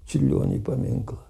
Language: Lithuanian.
čiurlioniui paminklą